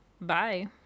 Bye